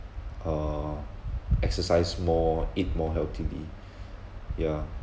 uh exercise more eat more healthily yeah